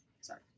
sorry